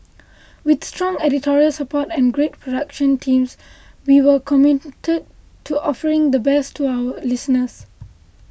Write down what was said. with strong editorial support and great production teams we will committed to offering the best to our listeners